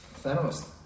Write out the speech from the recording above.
Thanos